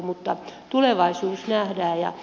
mutta tulevaisuudessa nähdään